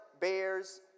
bears